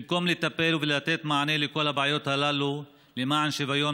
במקום לטפל ולתת מענה לכל הבעיות הללו למען השוויון